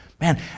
Man